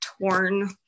torn